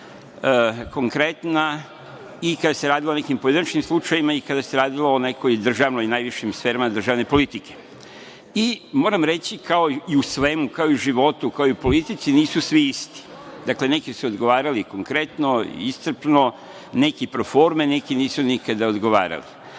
konkretna i kada se radilo o nekim pojedinačnim slučajevima i kada se radilo o najvišim sferama državne politike. Moram reći, kao i u svemu, kao i u životu, kao i u politici, nisu svi isti. Dakle, neki su odgovarali konkretno i iscrpno, neki pro forme, neki nisu nikada odgovarali.